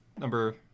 number